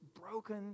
broken